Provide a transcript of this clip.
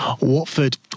Watford